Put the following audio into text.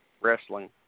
wrestling